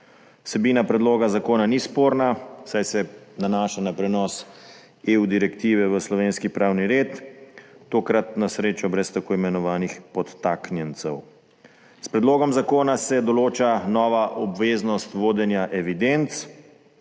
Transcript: Vsebina predloga zakona ni sporna, saj se nanaša na prenos direktive EU v slovenski pravni red, tokrat na srečo brez tako imenovanih podtaknjencev. S predlogom zakona se določa nova obveznost vodenja evidenc